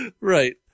Right